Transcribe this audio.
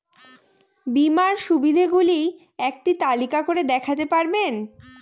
বীমার সুবিধে গুলি একটি তালিকা করে দেখাতে পারবেন?